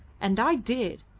and i did.